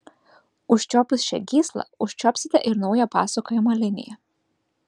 užčiuopus šią gyslą užčiuopsite ir naują pasakojimo liniją